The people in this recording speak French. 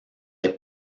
est